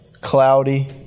cloudy